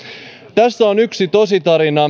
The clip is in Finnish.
tässä on yksi tositarina